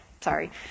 Sorry